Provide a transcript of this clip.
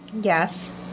Yes